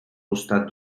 costat